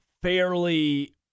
Fairly